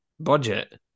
budget